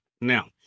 Now